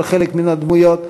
על חלק מן הדמויות.